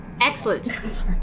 Excellent